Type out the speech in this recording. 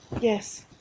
yes